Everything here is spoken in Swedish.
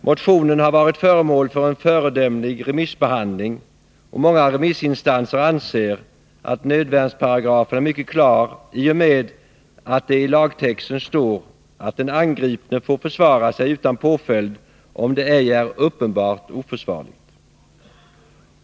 Motionen har varit föremål för en föredömlig remissbehandling, och många remissinstanser anser att nödvärnsparagrafen är mycket klar i och med att det i lagtexten står att den angripne får försvara sig utan påföljd om det ej är uppenbart oförsvarligt.